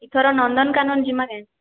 ଇଥର ନନ୍ଦନକାନନ୍ ଯିମା କାଏଁ